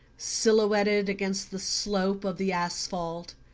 silhouetted against the slope of the asphalt,